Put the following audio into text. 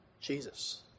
Jesus